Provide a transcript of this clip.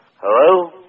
Hello